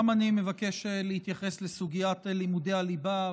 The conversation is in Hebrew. גם אני מבקש להתייחס לסוגיית לימודי הליבה,